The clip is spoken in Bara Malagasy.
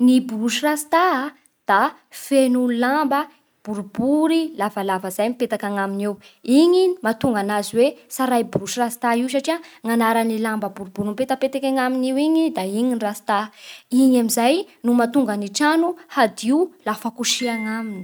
Ny borosy rasta a da feno lamba boribory lavalava izay mipetaka agnaminy ao. Igny mahatonga anazy hoe tsaray borosy rasta io satria ny agnaran'ny lamba boribory mipetapetaka agnaminy io eo igny da igny no rasta. Igny amin'izay no mahatonga ny trano hadio lafa kosehana aminy.